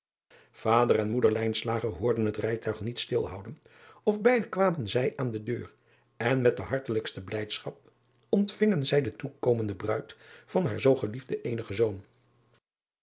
ader en oeder hoorden het rijtuig niet stilhouden of beide kwamen zij aan de deur en met de hartelijkste blijdschap ontvingen zij de toekomende bruid van haar zoo geliefden eenigen zoon